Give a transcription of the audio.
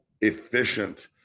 efficient